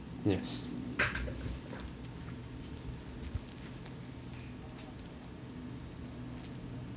yes